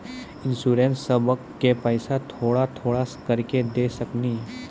इंश्योरेंसबा के पैसा थोड़ा थोड़ा करके दे सकेनी?